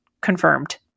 confirmed